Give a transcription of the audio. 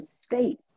state